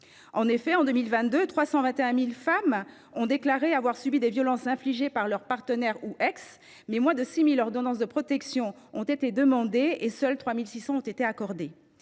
: en 2022, 321 000 femmes ont déclaré avoir subi des violences infligées par leur partenaire ou par leur ex partenaire, mais moins de 6 000 ordonnances de protection ont été demandées, et seules 3 600 ont été accordées.